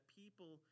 people